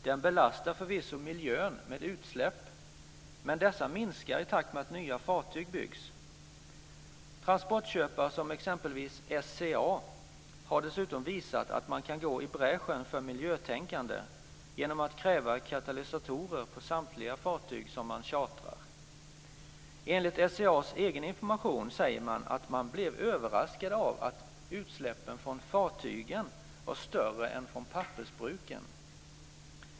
Den belastar förvisso miljön med utsläpp, men dessa minskar i takt med att nya fartyg byggs. Transportköpare som exempelvis SCA har dessutom visat att man kan gå i bräschen för miljötänkande genom att kräva katalysatorer på samtliga fartyg som man chartrar. Enligt SCA:s egen information säger man att man blev överraskad av att utsläppen från fartygen var större än från pappersbruken.